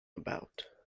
about